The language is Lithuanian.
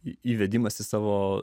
įvedimas į savo